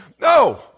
no